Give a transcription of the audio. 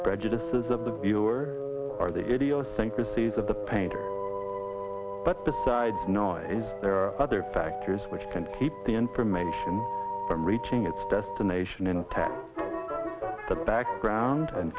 prejudices of the viewer or the idiosyncrasies of the paint but besides noise there are other factors which can keep the information from reaching its destination in fact the background